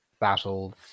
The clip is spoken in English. battles